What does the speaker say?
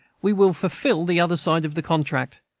we will fulfil the other side of the contract.